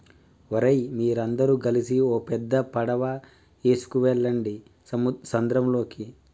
ఓరై మీరందరు గలిసి ఓ పెద్ద పడవ ఎసుకువెళ్ళండి సంద్రంలోకి